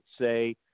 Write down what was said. say